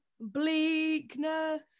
bleakness